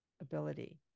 ability